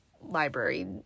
library